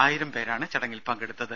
ആയിരം പേരാണ് ചടങ്ങിൽ പങ്കെടുത്തത്